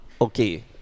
Okay